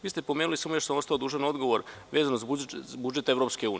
Vi ste pomenuli, samo još sam ostao dužan odgovor, a vezano za budžet EU.